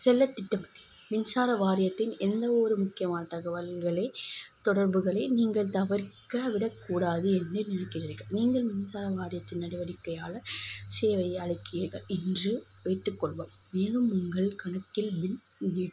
செல்லத்திட்டம் மின்சார வாரியத்தின் எந்தவொரு முக்கியமான தகவல்களை தொடர்புகளை நீங்கள் தவிர்க்க விடக்கூடாது என்று நினைக்கிறீர்கள் நீங்கள் மின்சார வாரியத்தின் நடவடிக்கையால் சேவை அளிக்கிறீர்கள் என்று வைத்துக்கொள்வோம் மேலும் உங்கள் கணக்கில் பில் எவ்